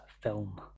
film